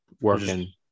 working